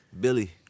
Billy